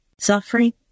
Suffering